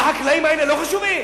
מה, החקלאים האלה לא חשובים?